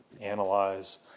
analyze